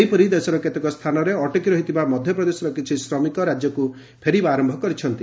ସେହିପରି ଦେଶର କେତେକ ସ୍ଥାନରେ ଅଟକି ରହିଥିବା ମଧ୍ୟପ୍ରଦେଶର କିଛି ଶ୍ରମିକ ରାଜ୍ୟକ୍ତ ଫେରିବା ଆରମ୍ଭ କରିଛନ୍ତି